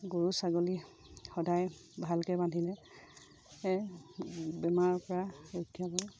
গৰু ছাগলী সদায় ভালকৈ বান্ধিলে বেমাৰৰপৰা ৰক্ষা পৰে